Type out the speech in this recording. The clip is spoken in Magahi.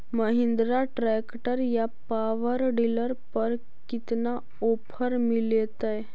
महिन्द्रा ट्रैक्टर या पाबर डीलर पर कितना ओफर मीलेतय?